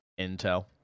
Intel